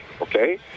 okay